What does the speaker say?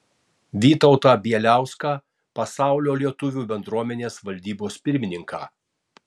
vytautą bieliauską pasaulio lietuvių bendruomenės valdybos pirmininką